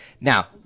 Now